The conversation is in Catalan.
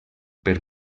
per